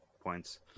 points